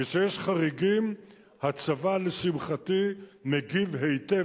וכשיש חריגים הצבא, לשמחתי, מגיב היטב.